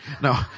no